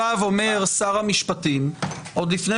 עכשיו אומר שר המשפטים, עוד לפני